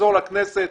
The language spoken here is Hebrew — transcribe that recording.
תחזור לכנסת,